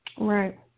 Right